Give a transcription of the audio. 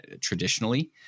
traditionally